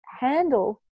handle